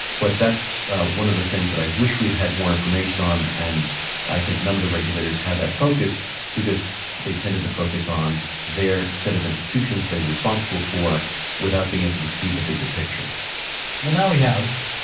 but that's one of the things that i wish we'd had more information on. and i think none of the regulators had that focus because they tended to focus on their set of institutions they were responsible for without being able to see the bigger picture well now we have,